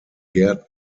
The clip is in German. gärten